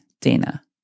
Dana